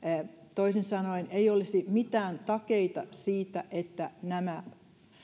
toisin sanoen ei olisi mitään takeita siitä että nämä